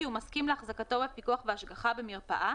הוא מסכים להחזקתו בפיקוח והשגחה במרפאה